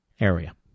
area